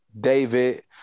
David